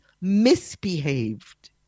misbehaved